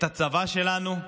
את הצבא שלנו,